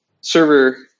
server